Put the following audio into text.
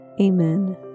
Amen